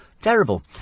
Terrible